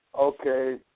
Okay